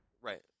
Right